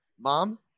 mom